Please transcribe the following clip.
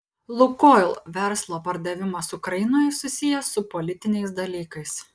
lukoil verslo pardavimas ukrainoje susijęs su politiniais dalykais